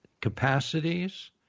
capacities